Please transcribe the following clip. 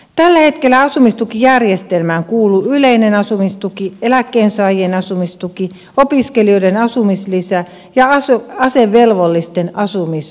tällä hetkellä asumistukijärjestelmään kuuluu yleinen asumistuki eläkkeensaajien asumistuki opiskelijoiden asumislisä ja asevelvollisten asumisavustus